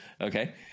Okay